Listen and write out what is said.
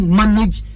manage